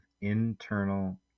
internal